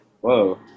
Whoa